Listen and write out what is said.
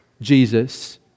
Jesus